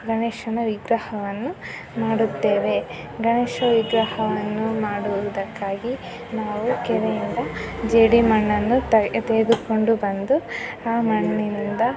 ಗಣೇಶನ ವಿಗ್ರಹವನ್ನು ಮಾಡುತ್ತೇವೆ ಗಣೇಶ ವಿಗ್ರಹವನ್ನು ಮಾಡುವುದಕ್ಕಾಗಿ ನಾವು ಕೆರೆಯಿಂದ ಜೇಡಿ ಮಣ್ಣನ್ನು ತಗೆ ತೆಗೆದುಕೊಂಡು ಬಂದು ಆ ಮಣ್ಣಿನಿಂದ